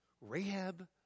Rahab